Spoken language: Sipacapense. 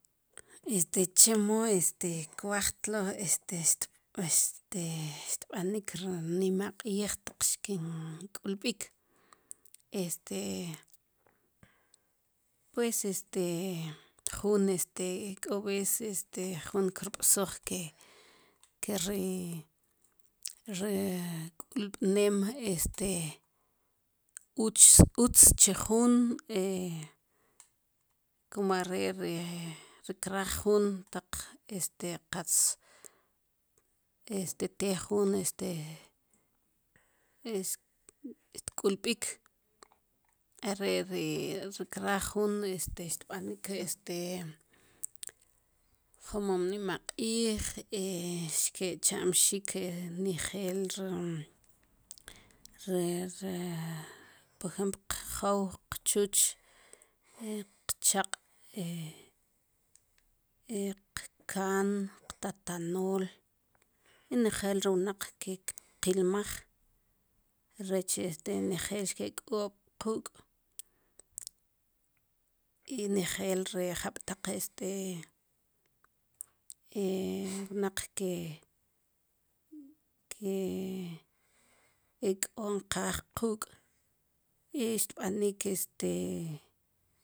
este chimo este qajtlo este este este xb'anik ri nimaq'ij taq xkink'ulb'ik' este pues este jun este k'oves este jun kb'us ke ke ri ri k'ulb'nem este utz utz chi jun komo are ri kraj jun taq' este q'atz este te jun este es- tk'ulb'ik' a re ri krar ju este xb'anik este jomom nimaq'ij xkichamxik njel ri re re ponjep q'jow q'chuch q'chaq' qkan qtatanol njel ri wunaq qilmaj rech este njel xkik'ob' q'uk' i njel ri jab'taq este wunaq ke ke i k'o nqaj q'uk' i xb'anik este